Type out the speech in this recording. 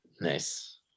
nice